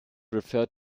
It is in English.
referred